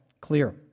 clear